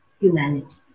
humanity